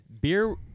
beer